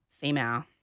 Female